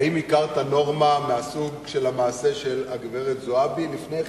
האם הכרת נורמה מהסוג של המעשה של הגברת זועבי לפני כן?